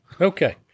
Okay